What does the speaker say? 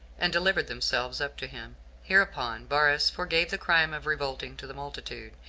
and delivered themselves up to him hereupon varus forgave the crime of revolting to the multitude,